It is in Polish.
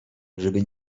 żeby